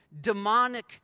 demonic